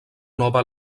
nova